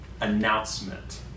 announcement